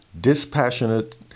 dispassionate